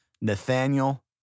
Nathaniel